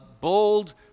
bold